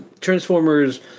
transformers